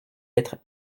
lettre